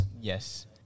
Yes